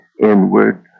inward